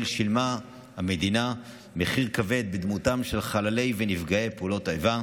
שילמה המדינה מחיר כבד בדמותם של חללי ונפגעי פעולות האיבה.